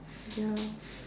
ya